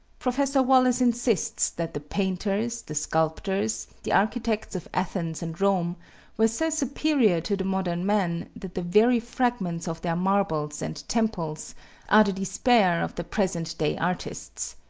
professor wallace insists that the painters, the sculptors, the architects of athens and rome were so superior to the modern men that the very fragments of their marbles and temples are the despair of the present day artists.